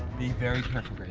be very careful, grace,